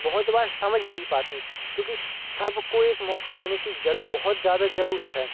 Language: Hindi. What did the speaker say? बहुत बार समझ नहीं पाती क्योंकि सबको एक मौका देने की जरू बहुत ज़्यादा जरूरत है